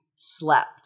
Slept